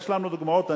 יש לנו דוגמאות.